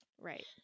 right